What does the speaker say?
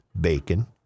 bacon